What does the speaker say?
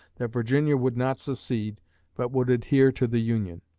that virginia would not secede but would adhere to the union.